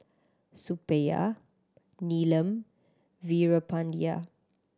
Suppiah Neelam Veerapandiya